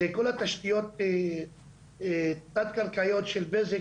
היא כל התשתיות התת קרקעיות של בזק